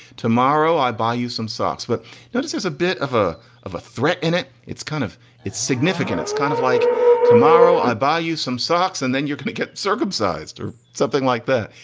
tomorrow i buy you some socks. but notice there's a bit of a of a threat in it. it's kind of it's significant. it's kind of like tomorrow i buy you some socks and then you're going to get circumcised or something like that.